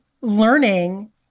learning